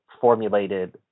formulated